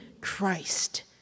Christ